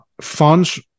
funds